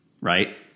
right